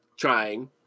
Trying